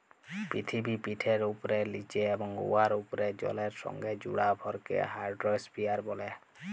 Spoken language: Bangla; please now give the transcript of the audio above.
পিথিবীপিঠের উপ্রে, লিচে এবং উয়ার উপ্রে জলের সংগে জুড়া ভরকে হাইড্রইস্ফিয়ার ব্যলে